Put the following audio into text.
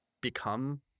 become